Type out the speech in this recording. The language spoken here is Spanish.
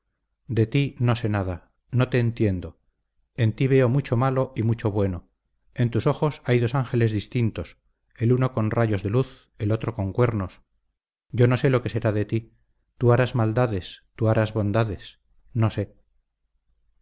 de ti no sé nada no te entiendo en ti veo mucho malo y mucho bueno en tus ojos hay dos ángeles distintos el uno con rayos de luz el otro con cuernos yo no sé lo que será de ti tú harás maldades tú harás bondades no sé